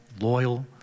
loyal